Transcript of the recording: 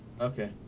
Okay